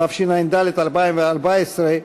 התשע"ד 2014,